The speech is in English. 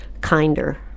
kinder